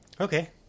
Okay